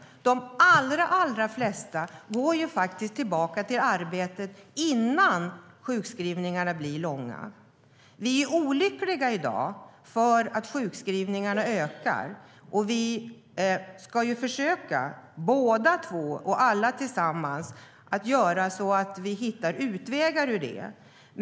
De allra flesta går faktiskt tillbaka till arbetet innan sjukskrivningarna blir långa. Vi är olyckliga i dag för att sjukskrivningarna ökar, och vi ska alla tillsammans försöka hitta utvägar ur det.